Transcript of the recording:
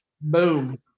Boom